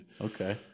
Okay